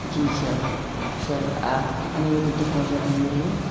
जी sir sir आप कितने बजे तक पहुंचा देंगे यह